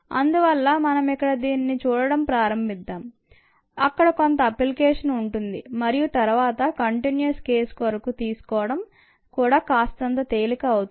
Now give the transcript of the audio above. అందువల్ల మనం ఇక్కడ దీనిని చూడటం ప్రారంభిద్దాం అక్కడ కొంత అప్లికేషన్ ఉంటుంది మరియు తరువాత కంటిన్యూయస్ కేస్ కొరకు తీసుకోవడం కూడా కాస్తంత తేలికఅవుతుంది